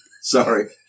Sorry